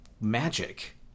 magic